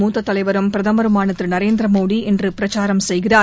மூத்தத் தலைவரும் பிரதமருமான திரு நரேந்திர மோடிஇன்று பிரச்சாரம் செய்கிறார்